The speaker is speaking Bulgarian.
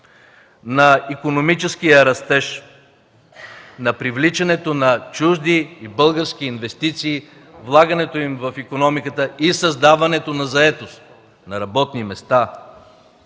на икономическия растеж, на привличането на чужди и български инвестиции, влагането им в икономиката и създаването на заетост, на работни места.